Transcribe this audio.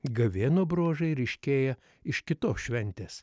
gavėno bruožai ryškėja iš kitos šventės